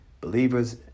believers